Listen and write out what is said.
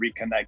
reconnect